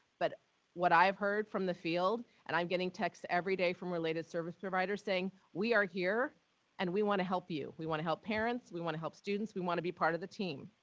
but what i've heard from the field, and i'm getting texts every day from related service providers, saying we are here and we want to help you. we want to help parents. we want to help students. we want to be part of the team.